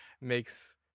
makes